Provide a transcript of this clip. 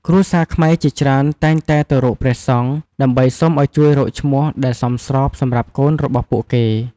គ្រួសារខ្មែរជាច្រើនតែងតែទៅរកព្រះសង្ឃ ដើម្បីសុំឲ្យជួយរកឈ្មោះដែលសមស្របសម្រាប់កូនរបស់ពួកគេ។